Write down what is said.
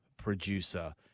producer